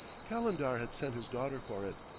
calendar had sent his daughter for it,